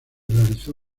realizó